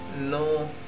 No